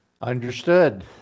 Understood